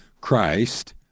Christ